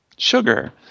Sugar